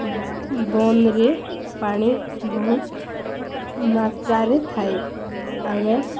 ବନ୍ଦରେ ପାଣି ବହୁତ ମାତ୍ରାରେ ଥାଏ ଆମେ